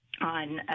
on